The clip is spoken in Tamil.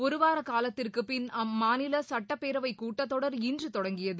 ஒருவார காலத்திற்குப்பின் அம்மாநில சட்டப் பேரவைக் கூட்டத் தொடர் இன்று தொடங்கியது